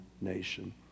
nation